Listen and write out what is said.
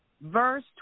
Verse